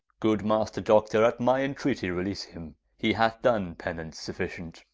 good master doctor, at my entreaty release him he hath done penance sufficient.